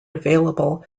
available